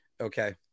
Okay